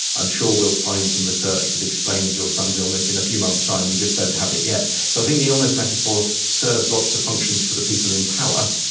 i'm sure we will find some research that explains your son's illness in a few months' time, we just don't have it yet. so i think the illness metaphor serves lots of functions for the people in power,